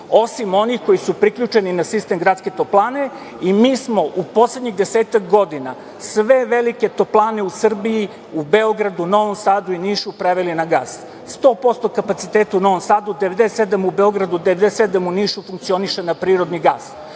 osim onih koji su priključeni na sistem gradske toplane i mi smo u poslednjih desetak godina sve velike toplane u Srbiji u Beogradu, u Novom Sadu i Nišu preveli na gas. Sto posto kapaciteta u Novom Sadu, 97% u Beogradu, 97% u Nišu, funkcionišu na prirodni